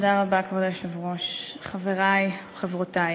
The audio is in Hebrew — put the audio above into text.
כבוד היושב-ראש, תודה רבה, חברי, חברותי,